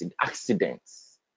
accidents